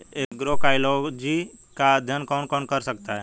Agroecology का अध्ययन कौन कौन कर सकता है?